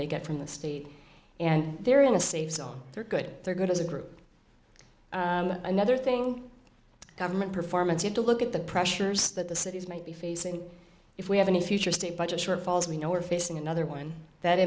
they get from the state and they're in a safe zone they're good they're good as a group another thing government performance had to look at the pressures that the cities might be facing if we have any future state budget shortfalls we know we're facing another one that